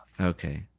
Okay